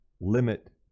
limit